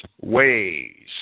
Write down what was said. ways